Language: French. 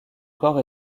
corps